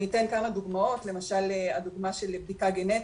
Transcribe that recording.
אני אתן כמה דוגמאות, למשל, דוגמא של בדיקה גנטית,